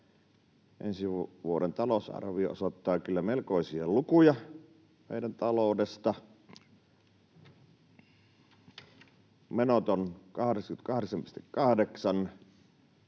Ensi vuoden talousarvio osoittaa kyllä melkoisia lukuja meidän taloudesta. Menot ovat 88,8